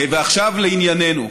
ועכשיו לענייננו.